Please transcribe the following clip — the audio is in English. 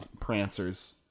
prancers